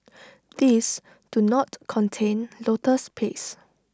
these do not contain lotus paste